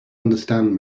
understand